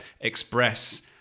express